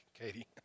Katie